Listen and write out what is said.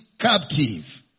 captive